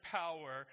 power